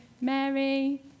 Mary